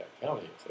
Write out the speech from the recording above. County